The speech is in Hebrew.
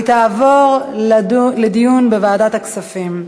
והיא תעבור לדיון בוועדת הכספים.